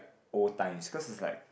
old times cause it's like